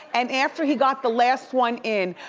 and after he got the last one in,